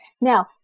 Now